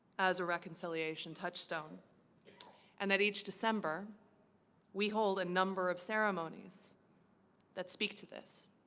as a reconciliation touchstone and that each december we hold a number of ceremonies that speak to this